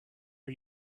are